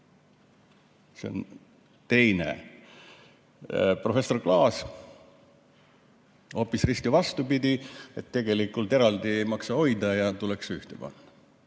projekt. Teine, professor Klaas, hoopis risti vastupidi: tegelikult eraldi ei maksa hoida ja tuleks ühte panna.